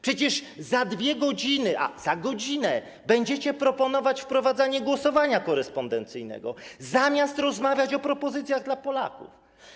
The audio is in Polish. Przecież za 2 godziny, za godzinę będziecie proponować wprowadzanie głosowania korespondencyjnego - zamiast rozmawiać o propozycjach dla Polaków.